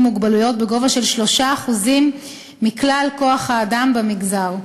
מוגבלויות בגובה של 3% מכלל כוח-האדם במגזר,